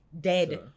Dead